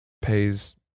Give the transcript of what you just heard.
pays